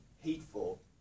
hateful